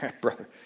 brother